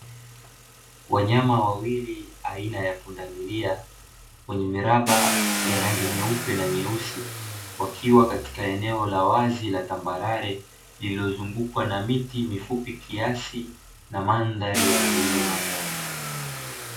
Wanyama wawili aina ya pundamilia wenye miraba ya rangi nyupe na nyeusi, wakiwa katika eneo la wazi na tambarare, lililozungukwa na miti mifupi kiasi na mandhari ya milima.